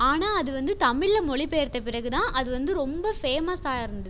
ஆனால் அது வந்து தமிழில் மொழிபெயர்த்த பிறகு தான் அது வந்து ரொம்ப ஃபேமஸ்ஸாக இருந்தது